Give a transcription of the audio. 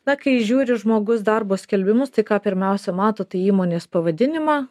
na kai žiūri žmogus darbo skelbimus tai ką pirmiausia mato tai įmonės pavadinimą